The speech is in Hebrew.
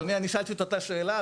אדוני, אני שאלתי את אותה שאלה.